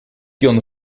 gonna